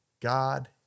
God